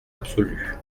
absolue